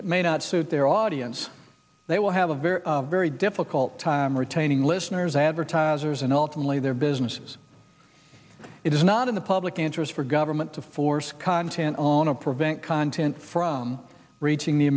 that may not suit their audience they will have a very very difficult time retaining listeners advertisers and ultimately their businesses it is not in the public interest for government to force content on a prevent content from reaching the